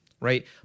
Right